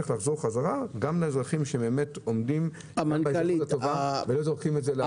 הכסף צריך לחזור לאזרחים הטובים שלא זורקים אותם לאשפה.